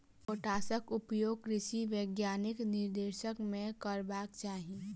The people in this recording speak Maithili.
पोटासक उपयोग कृषि वैज्ञानिकक निर्देशन मे करबाक चाही